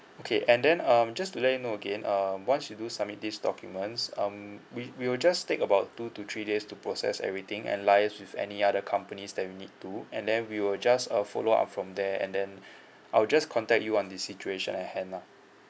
okay and then um just to let you know again um once you do submit these documents um we we will just take about two to three days to process everything and liaise with any other companies that we need to and then we will just uh follow up from there and then I'll just contact you on the situation at hand lah